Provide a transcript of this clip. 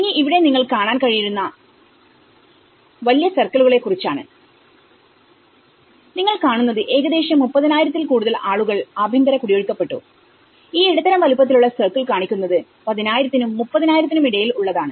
ഇനി ഇവിടെ നിങ്ങൾക്ക് കാണാൻ കഴിയുന്ന വലിയ സർക്കിളുകളെ കുറിച്ചാണ് നിങ്ങൾ കാണുന്നത് ഏകദേശം മുപ്പതിനായിരത്തിൽ കൂടുതൽ ആളുകൾ അഭ്യന്തര കുടിയൊഴിക്കപ്പെട്ടുഈ ഇടത്തരം വലുപ്പത്തിലുള്ള സർക്കിൾ കാണിക്കുന്നത് 10000 നും 30000 നും ഇടയിൽ ഉള്ളതാണ്